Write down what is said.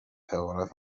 حقارت